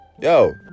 Yo